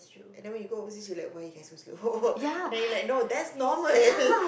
and then when you go overseas you are like why you guys so slow and then you are like no that's normal